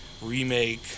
remake